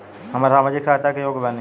हम सामाजिक सहायता के योग्य बानी?